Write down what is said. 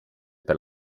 per